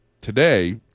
today